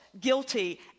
guilty